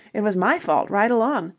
it was my fault right along.